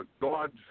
God